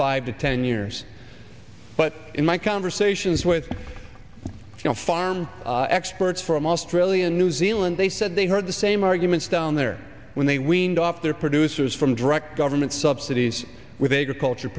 five to ten years but in my conversations with farm experts from australia new zealand they said they heard the same arguments down there when they wind up their producers from direct government subsidies with a culture